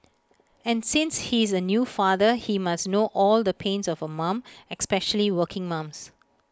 and since he's A new father he must know all the pains of A mum especially working mums